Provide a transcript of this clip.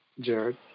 Jared